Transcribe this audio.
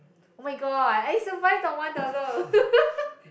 oh-my-god I survived on one dollar